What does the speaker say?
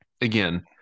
again